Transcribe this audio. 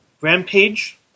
Rampage